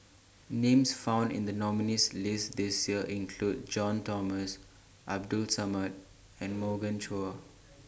Names found in The nominees' list This Year include John Thomson Abdul Samad and Morgan Chua